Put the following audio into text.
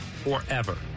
forever